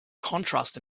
contrast